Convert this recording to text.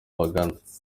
bagana